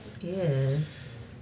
Yes